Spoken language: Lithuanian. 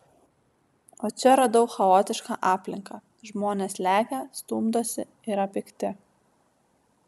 o čia radau chaotišką aplinką žmonės lekia stumdosi yra pikti